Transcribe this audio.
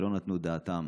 ולא נתנו דעתם.